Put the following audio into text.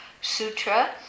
Sutra